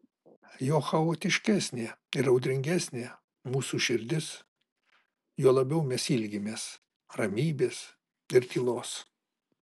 juo chaotiškesnė ir audringesnė mūsų širdis juo labiau mes ilgimės ramybės ir tylos